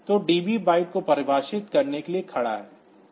तो DB byte को परिभाषित करने के लिए खड़ा है